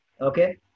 okay